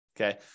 okay